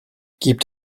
gibt